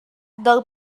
del